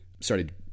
started